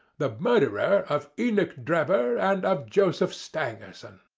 the murderer of enoch drebber and of joseph stangerson.